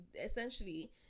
essentially